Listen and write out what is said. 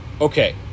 okay